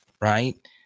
right